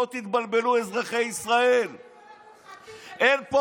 תגיד לי איך אתה